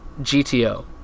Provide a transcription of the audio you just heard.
GTO